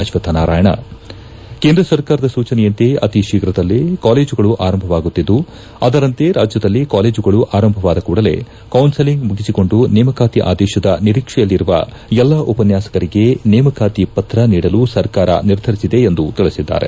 ಅಶ್ವಕ್ಷನಾರಾಯಣ ಕೇಂದ್ರ ಸರಕಾರದ ಸೂಚನೆಯಂತೆ ಅತಿ ಶೀಘ್ರದಲ್ಲೇ ಕಾಲೇಜುಗಳು ಆರಂಭವಾಗುತ್ತಿದ್ದು ಅದರಂತೆ ರಾಜ್ಯದಲ್ಲಿ ಕಾಲೇಜುಗಳು ಆರಂಭವಾದ ಕೂಡಲೇ ಕೌಸ್ಸೆಲಿಂಗ್ ಮುಗಿಸಿಕೊಂಡು ನೇಮಕಾತಿ ಆದೇಶದ ನಿರೀಕ್ಷೆಯಲ್ಲಿರುವ ಎಲ್ಲಾ ಉಪನ್ನಾಸಕರಿಗೆ ನೇಮಕಾತಿ ಪತ್ರ ನೀಡಲು ಸರ್ಕಾರ ನಿರ್ಧರಿಸಿದೆ ಎಂದು ತಿಳಿಸಿದ್ದಾರೆ